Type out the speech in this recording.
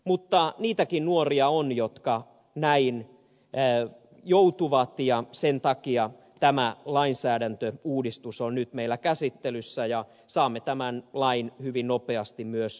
mutta niitäkin nuoria on jotka joutuvat ja sen takia tämä lainsäädäntöuudistus on nyt meillä käsittelyssä ja saamme tämän lain hyvin nopeasti myös nyt voimaan